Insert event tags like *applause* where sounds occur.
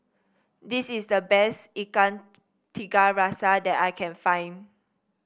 this is the best Ikan *unintelligible* Tiga Rasa that I can find